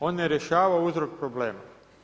On ne rješava uzrok problema.